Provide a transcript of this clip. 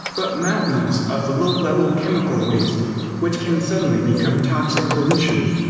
but mountains of a low-level chemical waste which can suddenly become toxic pollution.